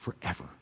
forever